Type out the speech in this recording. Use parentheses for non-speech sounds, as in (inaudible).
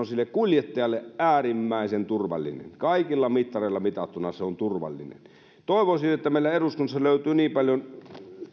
(unintelligible) sille kuljettajalle äärimmäisen turvallinen kaikilla mittareilla mitattuna se on turvallinen toivoisin että meillä eduskunnassa löytyy niin paljon